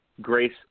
grace